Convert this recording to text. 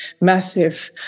massive